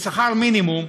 שכר מינימום,